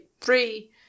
Three